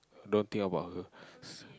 don't think about her